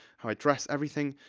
how i dress, everything,